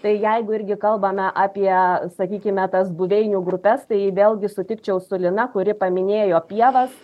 tai jeigu irgi kalbame apie sakykime tas buveinių grupes tai vėlgi sutikčiau su lina kuri paminėjo pievas